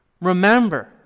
Remember